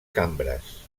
cambres